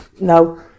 No